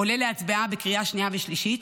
עולה להצבעה בקריאה שנייה ושלישית,